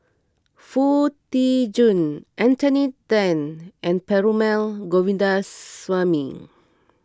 Foo Tee Jun Anthony then and Perumal Govindaswamy